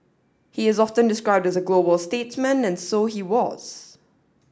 he is often described as a global statesman and so he was